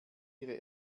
ihre